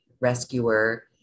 rescuer